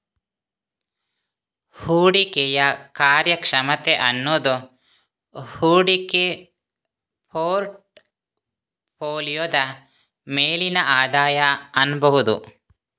ಹೂಡಿಕೆಯ ಕಾರ್ಯಕ್ಷಮತೆ ಅನ್ನುದು ಹೂಡಿಕೆ ಪೋರ್ಟ್ ಫೋಲಿಯೋದ ಮೇಲಿನ ಆದಾಯ ಅನ್ಬಹುದು